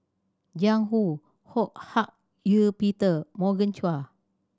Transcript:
Jiang Hu Ho Hak Ean Peter Morgan Chua